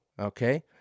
okay